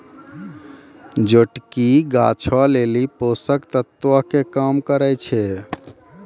जोटकी गाछो लेली पोषक तत्वो के काम करै छै